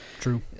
True